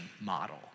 model